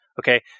okay